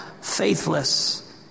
faithless